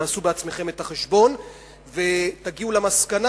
תעשו בעצמכם את החשבון ותגיעו למסקנה